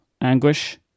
anguish